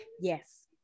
Yes